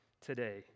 today